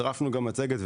צירפנו גם מצגת,